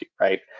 Right